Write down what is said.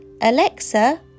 Alexa